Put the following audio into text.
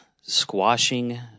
squashing